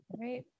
right